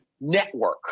network